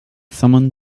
someone